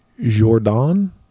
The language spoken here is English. Jordan